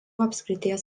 apskrities